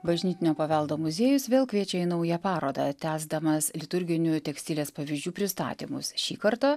bažnytinio paveldo muziejus vėl kviečia į naują parodą tęsdamas liturginių tekstilės pavyzdžių pristatymus šį kartą